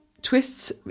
twists